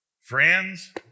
Friends